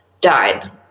died